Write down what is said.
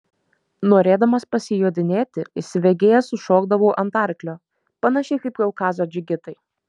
norėdamas pasijodinėti įsibėgėjęs užšokdavau ant arklio panašiai kaip kaukazo džigitai